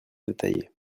détaillée